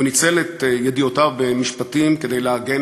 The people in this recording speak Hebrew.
הוא ניצל את ידיעותיו במשפטים כדי להגן